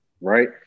right